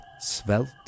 Svelte